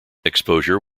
exposure